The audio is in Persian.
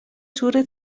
تور